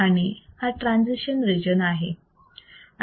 आणि हा transition region आहे